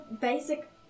basic